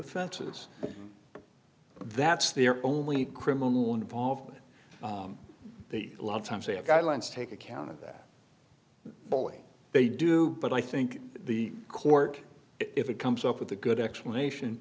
offenses that's their only criminal involvement a lot of times they have guidelines take account of that bowling they do but i think the court if it comes up with a good explanation